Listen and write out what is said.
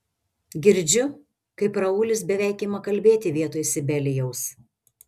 girdžiu kaip raulis beveik ima kalbėti vietoj sibelijaus